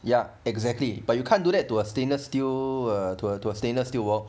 ya exactly but you can't do that to a stainless steel uh to a stainless steel wok